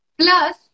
Plus